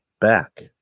back